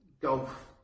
golf